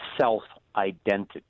self-identity